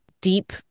deep